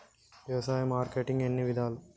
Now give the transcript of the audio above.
వ్యవసాయ మార్కెటింగ్ ఎన్ని విధాలు?